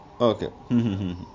Okay